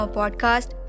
podcast